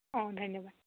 অ' ধন্যবাদ